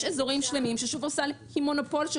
יש אזורים שלמים ששופרסל היא מונופול.